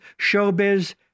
Showbiz